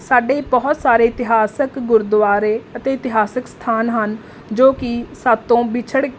ਸਾਡੇ ਬਹੁਤ ਸਾਰੇ ਇਤਿਹਾਸਕ ਗੁਰਦੁਆਰੇ ਅਤੇ ਇਤਿਹਾਸਿਕ ਸਥਾਨ ਹਨ ਜੋ ਕਿ ਸਾਤੋਂ ਵਿਛੜ